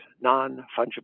non-fungible